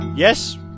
Yes